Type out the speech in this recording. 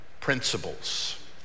principles